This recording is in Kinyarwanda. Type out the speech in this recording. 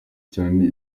cyane